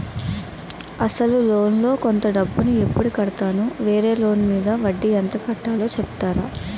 అసలు లోన్ లో కొంత డబ్బు ను ఎప్పుడు కడతాను? వేరే లోన్ మీద వడ్డీ ఎంత కట్తలో చెప్తారా?